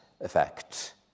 effect